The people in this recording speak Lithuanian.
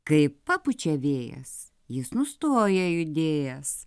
kai papučia vėjas jis nustoja judėjęs